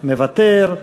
מוותר,